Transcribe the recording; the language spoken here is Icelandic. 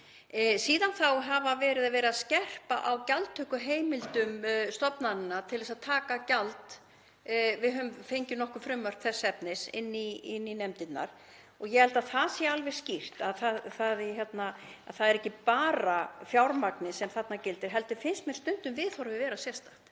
Síðan þá hefur verið skerpt á gjaldtökuheimildum stofnana til þess að taka gjald. Við höfum fengið nokkur frumvörp þess efnis inn í nefndirnar. Ég held að það sé alveg skýrt að það er ekki bara fjármagnið sem þarna gildir heldur finnst mér stundum viðhorfið vera sérstakt